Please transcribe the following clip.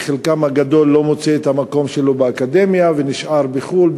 כי חלקם הגדול לא מוצא את המקום שלו באקדמיה ונשאר בחו"ל,